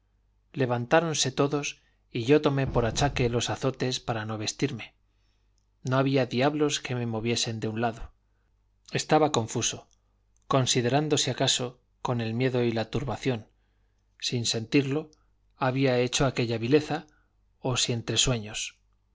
levantáronse todos y yo tomé por achaque los azotes para no vestirme no había diablos que me moviesen de un lado estaba confuso considerando si acaso con el miedo y la turbación sin sentirlo había hecho aquella vileza o si entre sueños